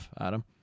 Adam